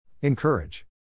Encourage